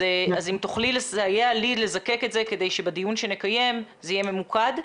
אז אם תוכלי לסייע לי לזקק את זה כדי שבדיון שנקיים זה יהיה ממוקד.